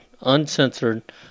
uncensored